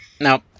no